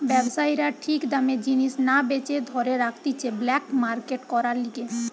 ব্যবসায়ীরা ঠিক দামে জিনিস না বেচে ধরে রাখতিছে ব্ল্যাক মার্কেট করার লিগে